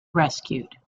rescued